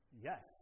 yes